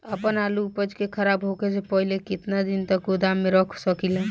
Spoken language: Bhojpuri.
आपन आलू उपज के खराब होखे से पहिले केतन दिन तक गोदाम में रख सकिला?